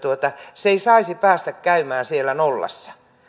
se ei saisi päästä käymään siellä nollassa